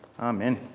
Amen